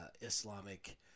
Islamic